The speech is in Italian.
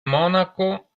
monaco